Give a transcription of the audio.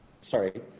sorry